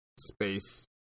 space